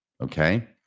Okay